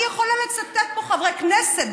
אני יכולה לצטט פה חברי כנסת,